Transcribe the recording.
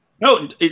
No